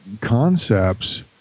concepts